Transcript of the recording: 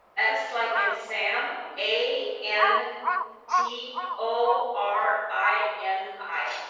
s, like in sam, a n t o r i n i.